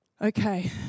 Okay